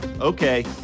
Okay